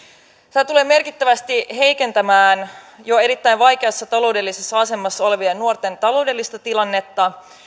sehän tulee merkittävästi heikentämään jo erittäin vaikeassa taloudellisessa asemassa olevien nuorten taloudellista tilannetta